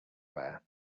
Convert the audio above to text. wear